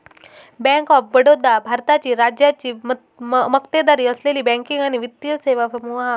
bank of Baroda भारताची राज्याची मक्तेदारी असलेली बँकिंग आणि वित्तीय सेवा समूह हा